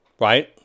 Right